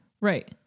Right